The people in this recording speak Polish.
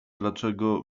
dlaczego